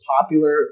popular